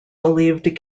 believed